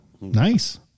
Nice